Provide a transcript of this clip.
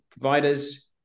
providers